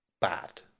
bad